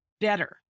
better